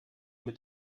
mit